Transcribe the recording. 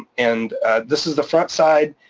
and this is the front side,